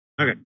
Okay